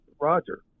Roger